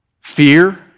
fear